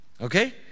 Okay